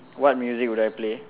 what music would I play